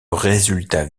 résultat